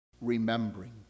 remembering